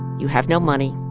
you have no money,